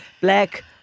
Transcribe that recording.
black